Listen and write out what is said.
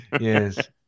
Yes